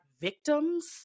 victims